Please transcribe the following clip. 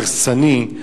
הרסני,